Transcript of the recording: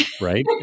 right